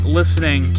listening